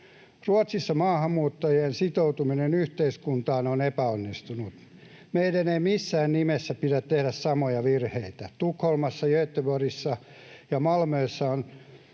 Ruotsissa maahanmuuttajien sitoutuminen yhteiskuntaan on epäonnistunut. Meidän ei missään nimessä pidä tehdä samoja virheitä. Tukholmassa, Göteborgissa ja Malmössa on